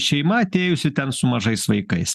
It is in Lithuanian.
šeima atėjusi ten su mažais vaikais